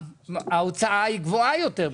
ההוצאה היא גבוהה יותר,